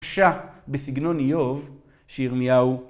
פשע, בסגנון איוב, שירמיהו.